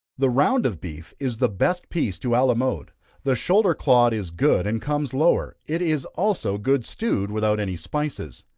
the round of beef is the best piece to alamode the shoulder clod is good, and comes lower it is also good stewed, without any spices.